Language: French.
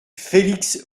felix